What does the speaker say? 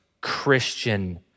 Christian